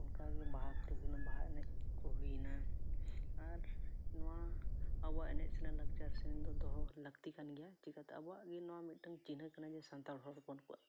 ᱚᱱᱠᱟᱜᱮ ᱵᱟᱦᱟ ᱯᱚᱨᱚᱵ ᱦᱩᱭᱱᱟ ᱵᱟᱦᱟ ᱮᱱᱮᱡ ᱠᱚ ᱦᱩᱭᱱᱟ ᱟᱨ ᱱᱚᱣᱟ ᱟᱵᱚᱣᱟᱜ ᱮᱱᱮᱡ ᱥᱮᱨᱮᱧ ᱞᱟᱠᱪᱟᱨ ᱥᱮᱨᱮᱧ ᱫᱚ ᱫᱚᱦᱚ ᱞᱟᱹᱠᱛᱤ ᱠᱟᱱ ᱜᱮᱭᱟ ᱪᱤᱠᱟᱛᱮ ᱟᱵᱚᱣᱟᱜ ᱱᱚᱣᱟ ᱢᱤᱫᱴᱟᱹᱝ ᱪᱤᱱᱦᱟᱹ ᱠᱟᱱᱟ ᱡᱮ ᱥᱟᱱᱛᱟᱲ ᱦᱚᱲ ᱦᱚᱯᱚᱱ ᱠᱚᱣᱟᱜ